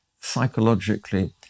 psychologically